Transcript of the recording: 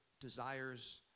desires